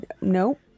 nope